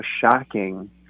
shocking